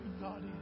God